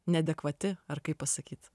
neadekvati ar kaip pasakyt